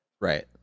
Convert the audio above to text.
Right